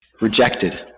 rejected